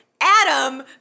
Adam